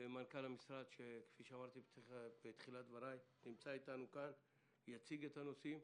למנכ"ל המשרד שנמצא איתנו כאן ויציג את הנושאים.